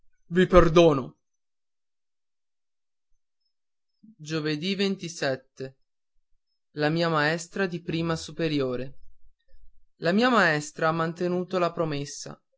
i perdono la mia maestra di prima superiore giovedì la mia maestra ha mantenuto la promessa